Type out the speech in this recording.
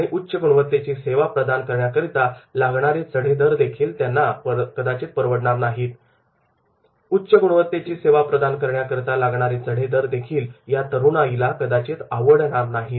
आणि उच्च गुणवत्तेची सेवा प्रदान करण्याकरिता लागणारे चढे दर देखील कदाचित त्यांना आवडणार नाही